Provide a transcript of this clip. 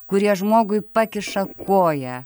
kurie žmogui pakiša koją